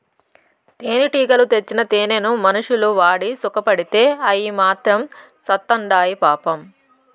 తేనెటీగలు తెచ్చిన తేనెను మనుషులు వాడి సుకపడితే అయ్యి మాత్రం సత్చాండాయి పాపం